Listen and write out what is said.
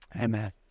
Amen